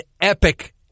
epic